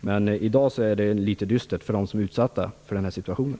Men i dag är det litet dystert för dem som befinner sig i den här situationen.